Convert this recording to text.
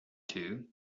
two